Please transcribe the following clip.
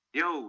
yo